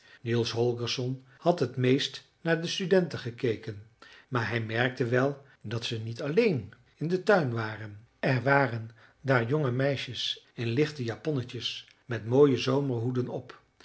niels holgersson had het meest naar de studenten gekeken maar hij merkte wel dat ze niet alleen in den tuin waren er waren daar jonge meisjes in lichte japonnetjes met mooie zomerhoeden op